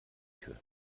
tür